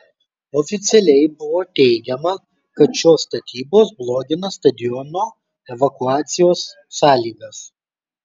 oficialiai buvo teigiama kad šios statybos blogina stadiono evakuacijos sąlygas